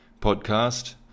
podcast